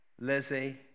Lizzie